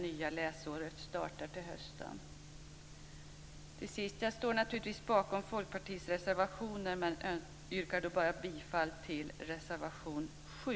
Jag står naturligtvis bakom Folkpartiets reservationer men yrkar bifall endast till reservation 7.